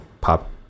pop